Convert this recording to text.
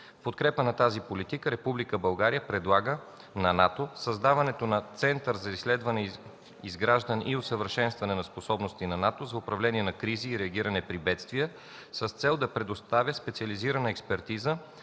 В подкрепа на тази политика Република България предлага на НАТО създаването на Център за изследване, изграждане и усъвършенстване на способности на НАТО за управление на кризи и реагиране при бедствия, с цел да предоставя специализирана експертиза